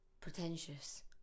Pretentious